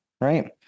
right